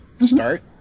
start